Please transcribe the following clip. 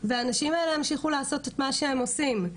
והאנשים האלה ימשיכו לעשות את מה שהם עושים.